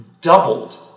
doubled